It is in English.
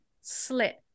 slit